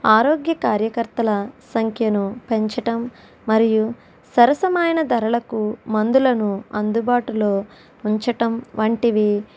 ఆరోగ్య కార్యకర్తల సంఖ్యను పెంచటం మరియు సరసమైన ధరలకు మందులను అందుబాటులో ఉంచటం వంటివి